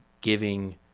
giving